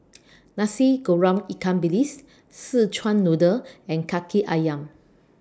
Nasi Goreng Ikan Bilis Szechuan Noodle and Kaki Ayam